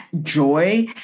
joy